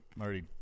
already